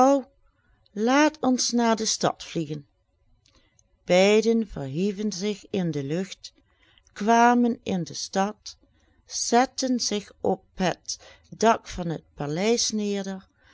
laat ons naar de stad vliegen beiden verhieven zich in de lucht kwamen in de stad zetten zich op het dak van het paleis neder